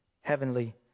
heavenly